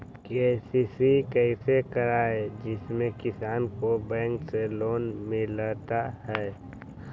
KCC कैसे कराये जिसमे किसान को बैंक से लोन मिलता है?